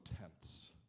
tense